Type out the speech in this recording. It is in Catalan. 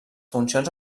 funcions